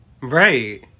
right